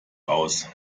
aus